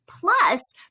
Plus